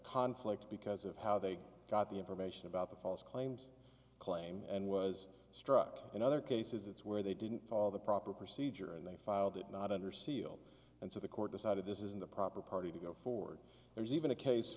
conflict because of how they got the information about the false claims claim and was struck in other cases it's where they didn't call the proper procedure and they filed it not under seal and so the court decided this isn't the proper party to go forward there's even a case